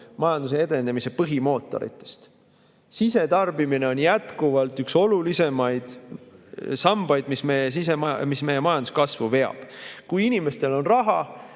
majanduse edenemise põhimootoritest, on jätkuvalt üks olulisemaid sambaid, mis meie majanduskasvu veab. Kui inimestel on raha,